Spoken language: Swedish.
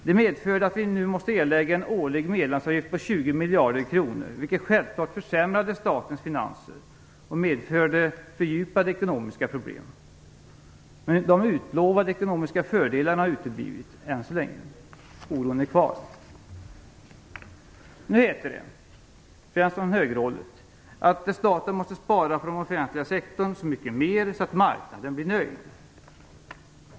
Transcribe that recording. Det medförde att vi nu måste erlägga en årlig medlemsavgift på 20 miljarder kronor, vilket självfallet försämrade statens finanser och medförde fördjupade ekonomiska problem. De utlovade ekonomiska fördelarna har uteblivit - än så länge. Oron är kvar. Nu heter det, främst från högerhållet, att staten måste spara på den offentliga sektorn så mycket mer så att marknaden blir nöjd.